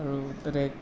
আৰু তাতে